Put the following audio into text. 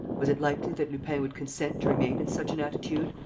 was it likely that lupin would consent to remain in such an attitude,